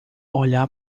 olhar